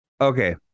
Okay